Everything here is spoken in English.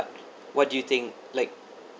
what do you think like